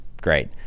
Great